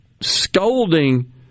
scolding